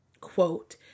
quote